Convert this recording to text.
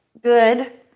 good.